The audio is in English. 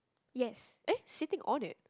yes eh sitting ornate